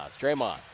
Draymond